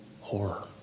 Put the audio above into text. horror